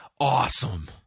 awesome